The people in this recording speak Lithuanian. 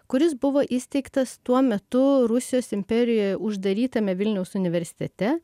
kuris buvo įsteigtas tuo metu rusijos imperijoje uždarytame vilniaus universitete